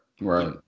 right